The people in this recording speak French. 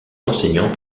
enseignant